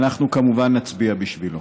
ואנחנו כמובן נצביע בשבילו.